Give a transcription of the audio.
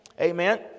amen